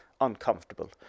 uncomfortable